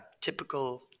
typical